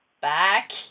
back